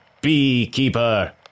beekeeper